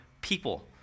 people